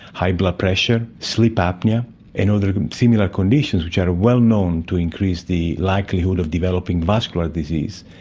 high blood pressure, sleep apnoea and other similar conditions which are well known to increase the likelihood of developing vascular disease,